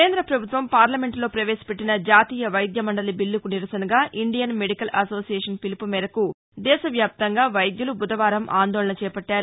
కేంద్ర ప్రభుత్వం పార్లమెంట్లో ప్రవేశపెట్టిన జాతీయ వైద్య మండలి బిల్లకు నిరసనగా ఇండియన్ మెడికల్ అసోసియేషన్ పిలుపు మేరకు దేశవ్యాప్తంగా వైద్యులు బుధవారం ఆందోళన చేపట్టారు